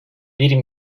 bir